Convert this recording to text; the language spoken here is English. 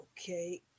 Okay